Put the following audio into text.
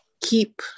keep